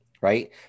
right